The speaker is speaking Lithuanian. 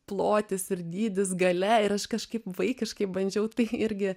plotis ir dydis galia ir aš kažkaip vaikiškai bandžiau tai irgi